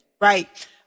Right